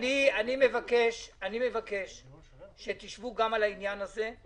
אני מבקש שתשבו גם על העניין הזה.